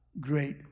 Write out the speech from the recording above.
great